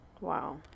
Wow